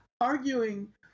arguing